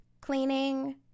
cleaning